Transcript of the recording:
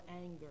anger